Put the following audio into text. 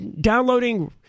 downloading